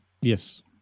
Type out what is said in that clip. Yes